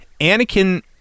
Anakin